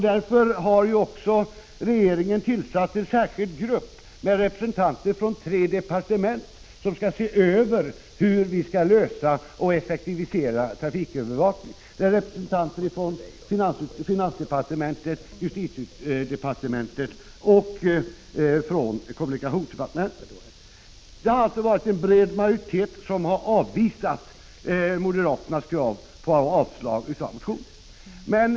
Det är också därför regeringen har tillsatt en särskild grupp med representanter från tre departement, nämligen finansdepartementet, justitiedepartementet och kommunikationsdepartementet, som skall se över hur vi skall kunna effektivisera trafikövervakningen. En bred majoritet har alltså avvisat moderaternas yrkande om avslag på 152 propositionen.